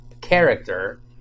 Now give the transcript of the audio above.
character